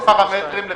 הבקשה